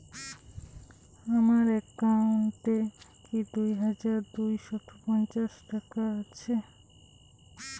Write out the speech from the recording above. আমার অ্যাকাউন্ট এ কি দুই হাজার দুই শ পঞ্চাশ টাকা আছে?